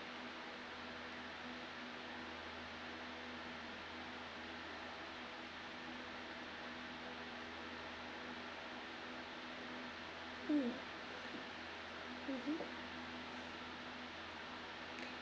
mm mmhmm